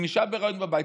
עם אישה בהיריון בבית,